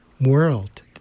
world